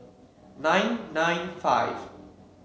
nine nine five